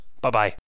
Bye-bye